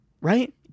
right